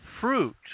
fruit